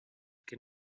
que